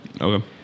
Okay